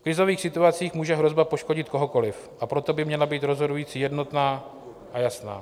V krizových situacích může hrozba poškodit kohokoli, a proto by měla být rozhodující jednotná a jasná.